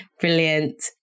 Brilliant